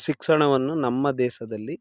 ಶಿಕ್ಷಣವನ್ನು ನಮ್ಮ ದೇಶದಲ್ಲಿ